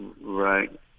Right